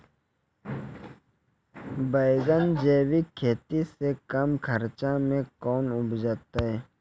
बैंगन जैविक खेती से कम खर्च मे कैना उपजते?